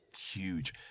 huge